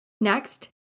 Next